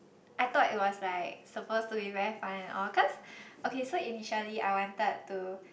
I thought it was like supposed to be very fun and all cause okay so initially I wanted to